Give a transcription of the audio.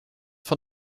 von